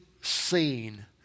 seen